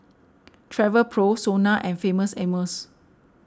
Travelpro sona and Famous Amos